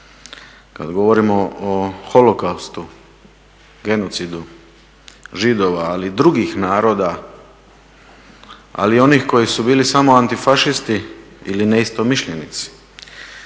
kad govorimo o holokaustu, genocidu Židova, ali i drugih naroda, ali i onih koji su bili samo antifašisti i neistomišljenici